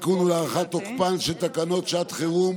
לתיקון ולהארכת תוקפן של תקנות שעת חירום